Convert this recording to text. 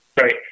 right